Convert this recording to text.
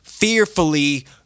fearfully